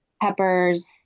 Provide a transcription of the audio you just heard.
Pepper's